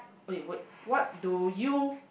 eh wait what do you